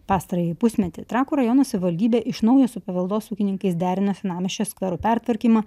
pastarąjį pusmetį trakų rajono savivaldybė iš naujo su paveldosaugininkais derina senamiesčio skverų pertvarkymą